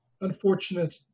unfortunate